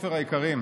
סופר היקרים,